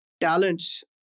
talents